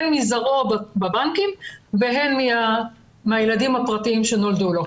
הן מזרעו בבנקים והן מהילדים הפרטיים שנולדו לו.